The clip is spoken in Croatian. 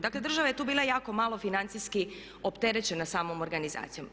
Dakle, država je tu bila jako malo financijski opterećena samom organizacijom.